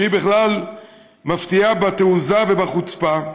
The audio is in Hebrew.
שהיא בכלל מפתיעה בתעוזה ובחוצפה,